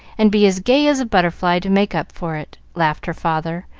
and be as gay as a butterfly, to make up for it, laughed her father,